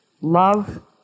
Love